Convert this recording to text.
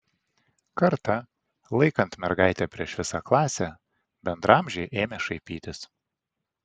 kartą laikant mergaitę prieš visą klasę bendraamžiai ėmė šaipytis